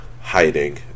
hiding